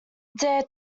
dare